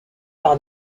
par